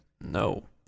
No